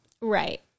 Right